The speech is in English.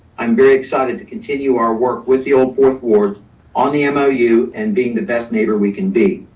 i'm very excited to continue our work with the old fourth ward on the um ah mou and being the best neighbor we can be.